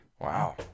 Wow